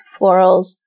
florals